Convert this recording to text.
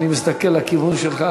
אני מסתכל לכיוון שלך,